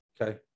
okay